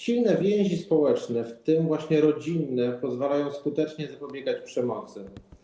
Silne więzi społeczne, w tym właśnie rodzinne, pozwalają skutecznie zapobiegać przemocy.